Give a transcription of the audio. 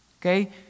okay